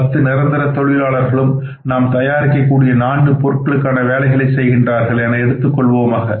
இந்த 10 நிரந்தர தொழிலாளர்களும் நாம் தயாரிக்க கூடிய நான்கு பொருட்களுக்கான வேலைகளை செய்கின்றார்கள் என எடுத்துக் கொள்வோமாக